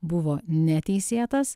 buvo neteisėtas